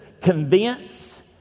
convince